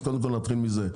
אז קודם כל נתחיל מזה.